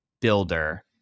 builder